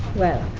well,